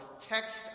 text